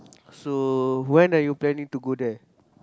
so when are you planning to go there